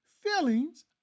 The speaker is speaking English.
feelings